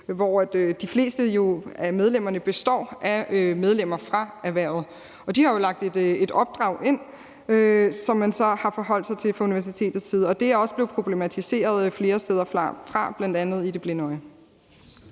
hovedsagelig består af medlemmer fra erhvervet, har lagt et opdrag ind, som man så har forholdt sig til fra universitetets side. Det er også blevet problematiseret flere steder, bl.a. i »Det Blinde Øje«.